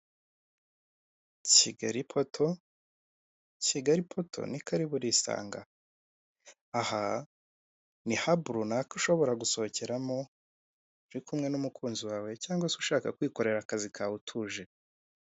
Kigali portal, Kigali portal ni karibu urisanga. Aha ni hab runaka ushobora gusohokeramo uri kumwe n'umukunzi wawe cyangwa se ushaka kwikorera akazi kawe utuje.